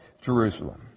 Jerusalem